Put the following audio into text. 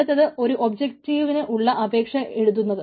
അടുത്തത് ഒരു ഒബ്ജക്റ്റിന് ഉള്ള അപേക്ഷ എഴുതുന്നത്